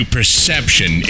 Perception